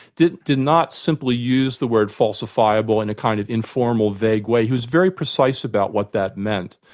did did not simply use the word falsifiable in a kind of informal vague way, he was very precise about what that meant.